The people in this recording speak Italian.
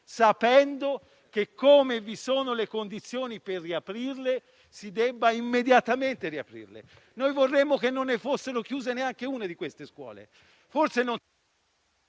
sapendo che, non appena vi siano le condizioni per riaprirle, si debba immediatamente farlo. Noi vorremmo che non ne fosse chiusa neanche una di queste scuole;